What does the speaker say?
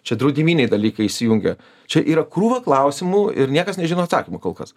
čia draudiminiai dalykai įsijungia čia yra krūva klausimų ir niekas nežino atsakymo kol kas